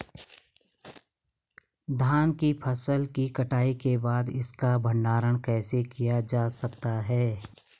धान की फसल की कटाई के बाद इसका भंडारण कैसे किया जा सकता है?